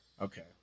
Okay